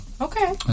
Okay